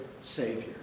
Savior